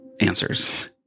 answers